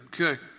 Okay